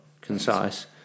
concise